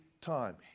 time